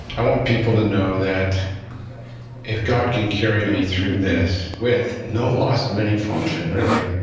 i want people to know that if god can carry me through this with no loss of any function, really,